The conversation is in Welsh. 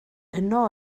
yno